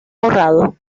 borrado